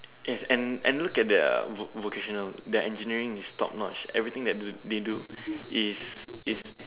yes and and look at the vo~ vocational their engineering is too notch everything that they do is is